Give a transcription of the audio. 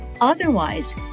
Otherwise